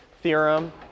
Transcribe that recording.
theorem